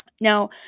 Now